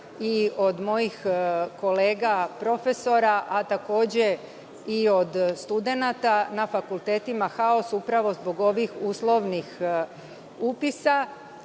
od mojih kolega profesora, a takođe i od studenata, na fakultetima je haos upravo zbog ovih uslovnih upisa.